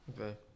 Okay